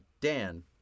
Dan